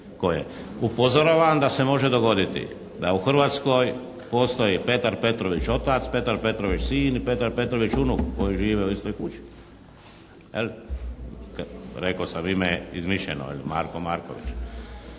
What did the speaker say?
tko je. Upozoravam da se može dogoditi da u Hrvatskoj postoji Petar Petrović otac, Petar Petrović sin i Petar Petrović unuk koji žive u istoj kuću, je li. Rekao sam, ime je izmišljeno, ili Marko Marković.